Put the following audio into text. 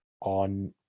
on